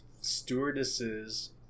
stewardesses